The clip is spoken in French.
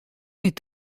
est